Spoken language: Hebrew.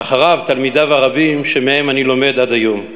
ואחריו תלמידיו הרבים שמהם אני לומד עד היום.